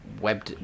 web